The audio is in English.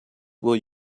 will